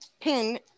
pin